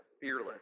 fearless